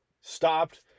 stopped